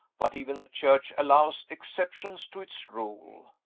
but even the church allows exceptions to its rule.